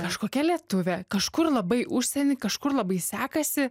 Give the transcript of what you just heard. kažkokia lietuvė kažkur labai užsieny kažkur labai sekasi